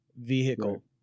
Vehicle